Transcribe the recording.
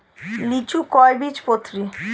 লিচু কয় বীজপত্রী?